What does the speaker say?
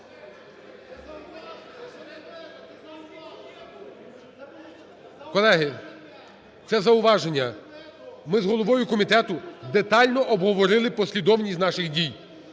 Колеги, це зауваження, ми з головою комітету детально обговорили послідовність наших дій.